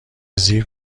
زیر